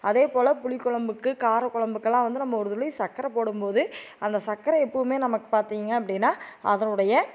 அதேபோல் புளிக்குழம்புக்கு காரக்குழம்புக்கு எல்லாம் வந்து நம்ம ஒரு துளி சக்கரை போடும் போது அந்த சக்கரை எப்போதுமே நமக்கு பார்த்திங்க அப்படின்னா அதனுடைய